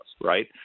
right